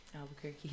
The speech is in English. Albuquerque